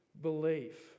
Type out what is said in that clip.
belief